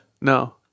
No